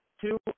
two